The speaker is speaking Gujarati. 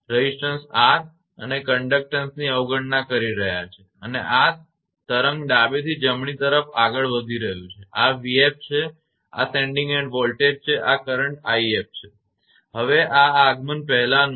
રેઝિસ્ટન્સ and કંડકટંસ ની અવગણના કરી રહ્યા છીએ અને આ તરંગ ડાબેથી જમણી તરફ આગળ વધી રહયું છે આ 𝑣𝑓 છે આ સેન્ડીંગ એન્ડ વોલ્ટેજ છે અને આ કરંટ 𝑖𝑓 છે હવે આ આગમન પહેલાનું છે